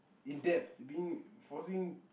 in depth being forcing